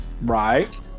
right